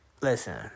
listen